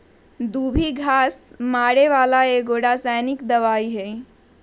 दुभी घास मारे बला एगो रसायनिक दवाइ हइ